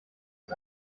ist